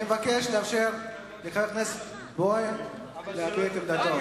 אני מבקש לאפשר לחבר הכנסת בוים להביע את עמדתו.